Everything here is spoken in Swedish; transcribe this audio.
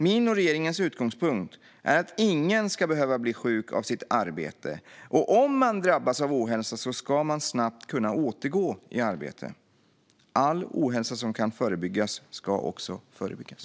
Min och regeringens utgångspunkt är att ingen ska behöva bli sjuk av sitt arbete, och om man drabbas av ohälsa ska man snabbt kunna återgå i arbete. All ohälsa som kan förebyggas ska också förebyggas.